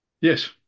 Yes